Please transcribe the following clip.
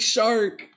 Shark